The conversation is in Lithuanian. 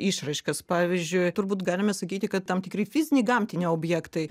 išraiškas pavyzdžiui turbūt galime sakyti kad tam tikri fiziniai gamtiniai objektai